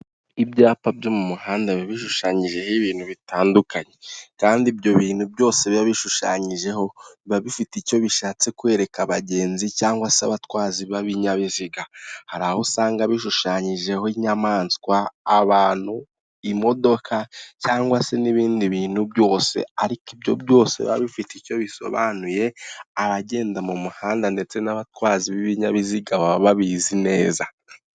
Ibyapa byo mu muhanda biba bishushanyijeho ibintu bitandukanye kandi ibyo bintu byose biba bishushanyijeho biba bifite icyo bishatse kwereka abagenzi cyangwa se abatwazi b'ibinyabiziga hari aho usanga bishushanyijeho, inyamaswa, abantu, imodoka cyangwa se n'ibindi bintu byose ariko ibyo byoseba bifite icyo bisobanuye abagenda mu muhanda ndetse n'abatwazi b'ibinyabiziga baba babizi neza.